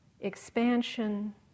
expansion